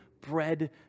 bread